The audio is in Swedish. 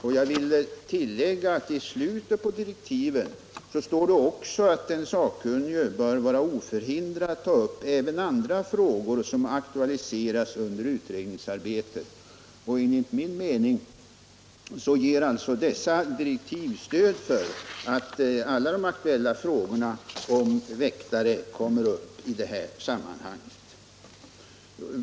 Jag vill tillägga att det i slutet av direktiven står: ”Den sakkunnige bör vara oförhindrad att ta upp även andra frågor som aktualiseras under utredningsarbetet.” Enligt min mening ger dessa direktiv stöd för uppfattningen att alla de aktuella frågorna kommer upp i det här sammanhaneget.